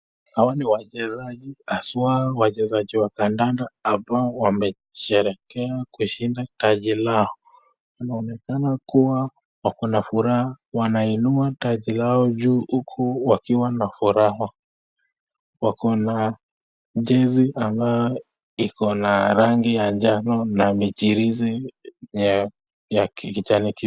Hawa ni wachezaji haswa wachezaji wa kandanda ambao wamesherekea kishinda taji lao. Inaonekana kuwa wakona furaha, wanainua taji lao juu huku wakiwa na furaha. Wakona jezi ambayo ikona rangi ya njano na michirizi ya kijani kibichi.